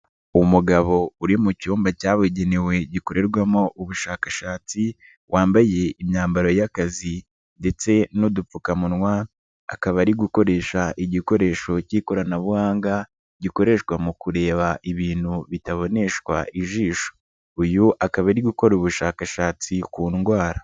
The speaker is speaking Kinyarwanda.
Umugabo uri mu cyumba cyabugenewe gikorerwamo ubushakashatsi wambaye imyambaro y'akazi ndetse n'udupfukamunwa, akaba ari gukoresha igikoresho k'ikoranabuhanga gikoreshwa mu kureba ibintu bitaboneshwa ijisho. Uyu akaba ari gukora ubushakashatsi ku ndwara.